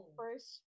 first